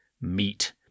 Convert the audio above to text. meat